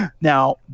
now